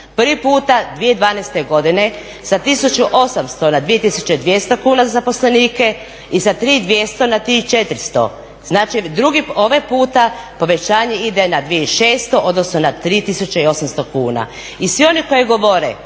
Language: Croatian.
Prvi puta 2012. godine sa 1800 na 2200 kuna za zaposlenike i sa 3200 na 3400. Znači, ovaj puta povećanje ide na 2600, odnosno na 3800 kuna i svi oni koji govore